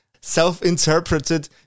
self-interpreted